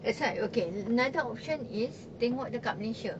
that's why okay another option is tengok dekat malaysia